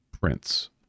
prints